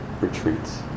retreats